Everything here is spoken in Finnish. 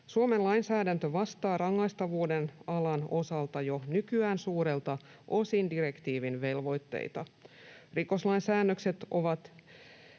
Suomen lainsäädäntö vastaa rangaistavuuden alan osalta jo nykyään suurelta osin direktiivin velvoitteita. Rikoslain säännökset ovat